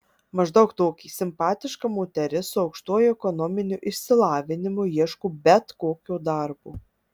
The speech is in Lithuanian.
maždaug tokį simpatiška moteris su aukštuoju ekonominiu išsilavinimu ieško bet kokio darbo